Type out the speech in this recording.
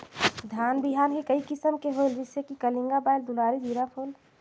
धान बिहान कई किसम के होयल जिसे कि कलिंगा, बाएल दुलारी, जीराफुल?